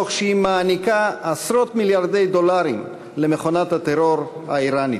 תוך שהיא מעניקה עשרות מיליארדי דולרים למכונת הטרור האיראנית.